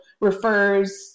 refers